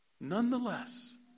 Nonetheless